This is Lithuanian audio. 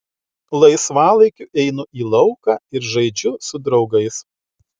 laisvalaikiu einu į lauką ir žaidžiu su draugais